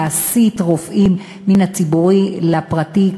להסיט רופאים מן הציבורי אל הפרטי.